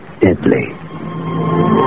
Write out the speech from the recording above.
deadly